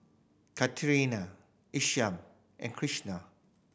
Katharine Isham and Kristian